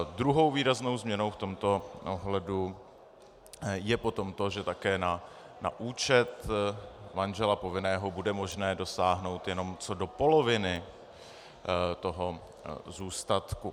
Druhou výraznou změnou v tomto ohledu je potom to, že také na účet manžela povinného bude možné dosáhnout jenom co do poloviny toho zůstatku.